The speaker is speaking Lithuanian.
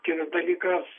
kitas dalykas